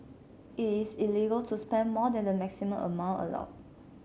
it is illegal to spend more than the maximum amount allowed